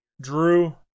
Drew